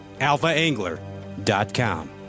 alphaangler.com